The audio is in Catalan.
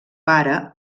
pare